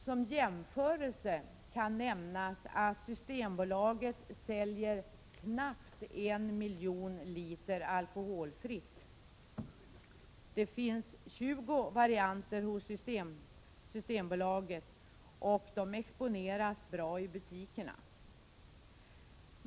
Som jämförelse kan nämnas att Systembolaget säljer knappt 1 miljon liter alkoholfritt. Det finns 20 varianter hos Systembolaget och de exponeras bra i butikerna.